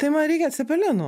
tai man reikia cepelinų